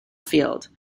field